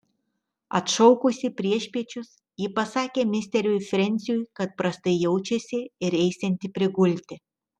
atšaukusi priešpiečius ji pasakė misteriui frensiui kad prastai jaučiasi ir eisianti prigulti